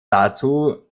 dazu